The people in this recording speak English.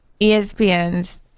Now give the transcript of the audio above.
espn's